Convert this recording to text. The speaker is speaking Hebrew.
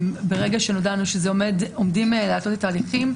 ברגע שנודע לנו שעומדים להתלות את ההליכים,